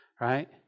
right